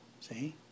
See